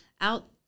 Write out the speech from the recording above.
out